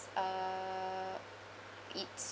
uh it's